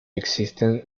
existen